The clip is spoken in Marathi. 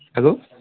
हेलो